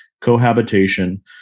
cohabitation